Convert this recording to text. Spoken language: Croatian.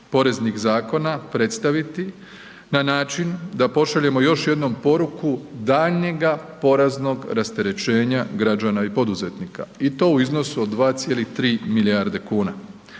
poreznih zakona predstaviti na način da pošaljemo još jednom poruku daljnjega poreznog rasterećenja građana i poduzetnika i to u iznosu od 2,3 milijarde kuna.